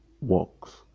works